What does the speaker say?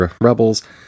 Rebels